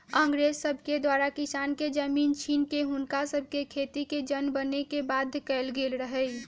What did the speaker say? अंग्रेज सभके द्वारा किसान के जमीन छीन कऽ हुनका सभके खेतिके जन बने के बाध्य कएल गेल रहै